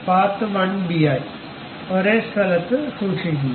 Part1b ആയി ഒരേ സ്ഥലത്ത് സംരക്ഷിക്കുക